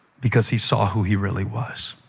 because he saw who he really was.